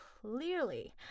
clearly